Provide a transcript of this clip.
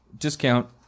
Discount